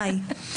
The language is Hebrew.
די.